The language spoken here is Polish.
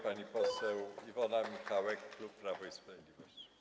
Pani poseł Iwona Michałek, klub Prawo i Sprawiedliwość.